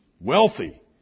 Wealthy